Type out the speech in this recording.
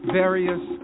various